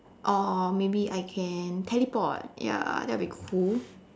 or maybe I can teleport ya that will be cool